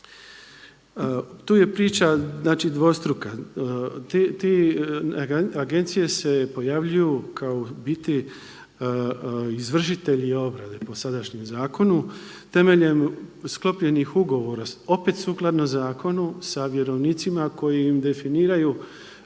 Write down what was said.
Tu je priča znači dvostruka, te agencije se pojavljuju kao u biti izvršitelji obrade po sadašnjem zakonu, temeljem sklopljenih ugovora opet sukladno zakonu sa vjerovnicima koji im definiraju